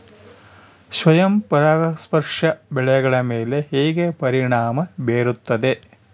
ಸ್ವಯಂ ಪರಾಗಸ್ಪರ್ಶ ಬೆಳೆಗಳ ಮೇಲೆ ಹೇಗೆ ಪರಿಣಾಮ ಬೇರುತ್ತದೆ?